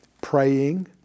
praying